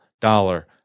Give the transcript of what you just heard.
dollar